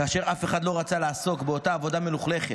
כאשר אף אחד לא רצה לעסוק באותה עבודה מלוכלכת,